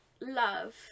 love